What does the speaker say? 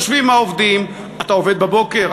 יושבים העובדים, אתה עובד בבוקר?